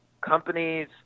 companies